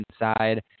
inside